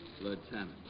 Lieutenant